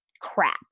crap